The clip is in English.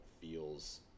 feels